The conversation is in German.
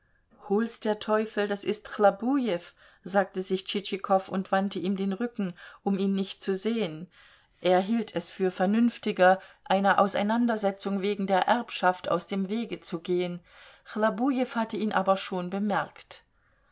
hol's der teufel das ist chlobujew sagte sich tschitschikow und wandte ihm den rücken um ihn nicht zu sehen er hielt es für vernünftiger einer auseinandersetzung wegen der erbschaft aus dem wege zu gehen chlobujew hatte ihn aber schon bemerkt